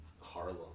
Harlem